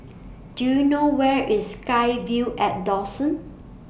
Do YOU know Where IS SkyVille At Dawson